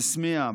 בסמיע,